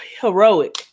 heroic